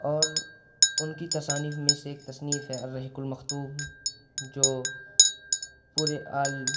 اور ان کی تصانیف میں سے ایک تصنیف ہے الرحیق المختوم جو پورے آل